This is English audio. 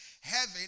heaven